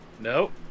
Nope